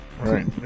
Right